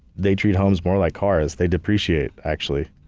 they treat homes more like cars. they depreciate actually.